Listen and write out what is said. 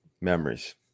memories